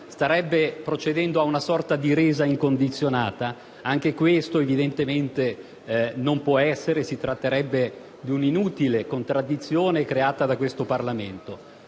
starebbe procedendo a una sorta di resa incondizionata? Anche questo evidentemente non può essere. Si tratterebbe di un'inutile contraddizione creata da questo Parlamento.